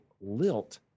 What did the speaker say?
lilt